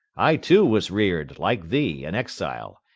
i too was reared, like thee, in exile,